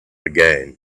again